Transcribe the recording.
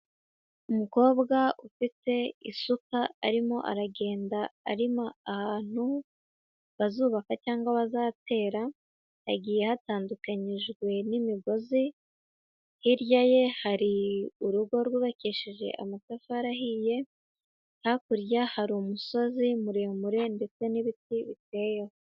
Umukobwa ufite isuka arimo aragenda arimo ahantu bazubaka cyangwa bazatera, hagiye hatandukanyijwe n'imigozi, hirya ye hari urugo rwubakisheje amatafari ahiye, hakurya hari umusozi muremure ndetse n'ibiti biteyeho.